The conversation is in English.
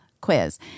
quiz